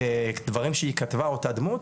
דברים שהיא כתבה אותה דמות